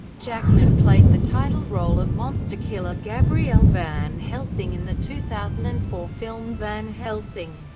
jackman played the title role of monster killer gabriel van helsing in the two thousand and four film van helsing.